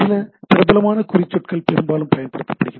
சில பிரபலமான குறிச்சொற்கள் பெரும்பாலும் பயன்படுத்தப்படுகின்றன